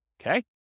Okay